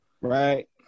Right